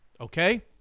Okay